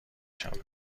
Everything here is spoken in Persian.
شود